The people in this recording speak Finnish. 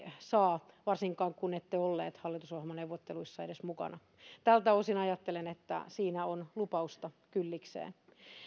saa varsinkaan kun ette ollut hallitusohjelmaneuvotteluissa edes mukana tältä osin ajattelen että siinä on lupausta kyllikseen